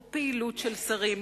או פעילות של שרים,